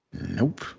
Nope